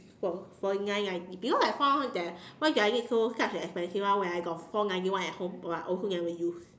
four forty nine ninety because I found out that why do I need so such an expensive one where I got four ninety one at home or I also never use